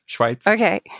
Okay